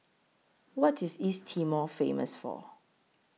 What IS East Timor Famous For